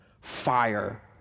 Fire